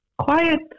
quiet